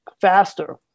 faster